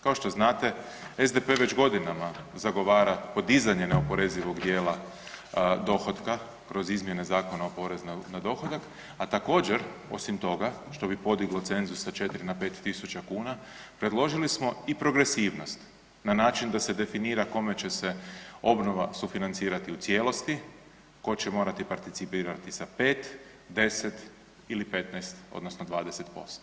Kao što znate SDP već godinama zagovara podizanje neoporezivog dijela dohotka kroz izmjene Zakona o porezu na dohodak, a također osim toga što bi podigao cenzus sa 4 na 5000 kuna predložili smo i progresivnost na način da se definira kome će se obnova sufinancirati u cijelosti, tko će morati participirati sa 5, 10 ili 15 odnosno 20%